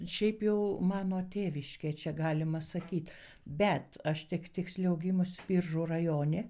šiaip jau mano tėviškė čia galima sakyt bet aš tik tiksliau gimus biržų rajone